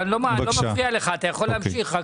לא מפריע לך ואתה יכול להמשיך.